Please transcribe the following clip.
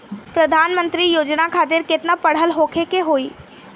प्रधानमंत्री योजना खातिर केतना पढ़ल होखे के होई?